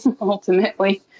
ultimately